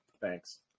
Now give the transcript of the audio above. Thanks